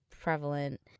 prevalent